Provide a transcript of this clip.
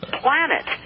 planet